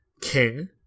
king